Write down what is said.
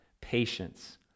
patience